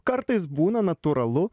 kartais būna natūralu